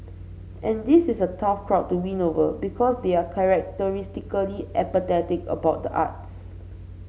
and this is a tough crowd to win over because they are characteristically apathetic about the arts